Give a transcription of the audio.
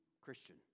Christian